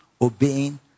obeying